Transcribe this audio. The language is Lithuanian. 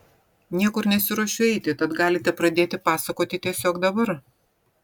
niekur nesiruošiu eiti tad galite pradėti pasakoti tiesiog dabar